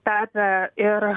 tapę ir